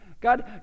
God